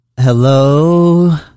Hello